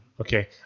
okay